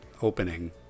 opening